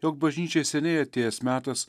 jog bažnyčiai seniai atėjęs metas